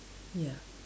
ya